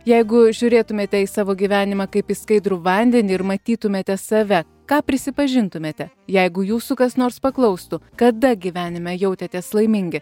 jeigu žiūrėtumėte į savo gyvenimą kaip į skaidrų vandenį ir matytumėte save ką prisipažintumėte jeigu jūsų kas nors paklaustų kada gyvenime jautėtės laimingi